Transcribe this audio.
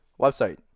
website